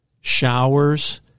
showers